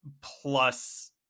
plus